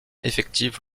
effective